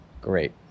Great